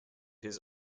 his